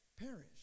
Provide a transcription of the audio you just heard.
perish